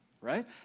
right